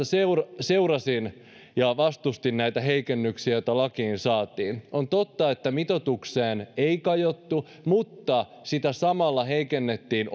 seurasin seurasin ja vastustin näitä heikennyksiä joita lakiin tehtiin on totta että mitoitukseen ei kajottu mutta sitä samalla heikennettiin